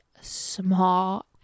small